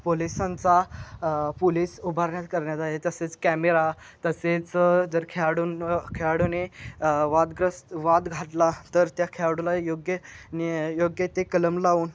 पोलिसांचा पोलीस उभारण्यात करण्यात आहे आहे तसेच कॅमेरा तसेच जर खेळाडूूंना खेळाडूने वादग्रस्त वाद घातला तर त्या खेळाडूला योग्य नि योग्य ते कलम लावून